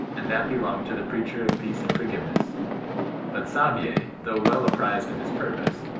and that be longed to the preacher of peace and forgiveness but saabye, though well apprize of his purpose,